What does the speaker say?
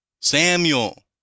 Samuel